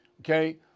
Okay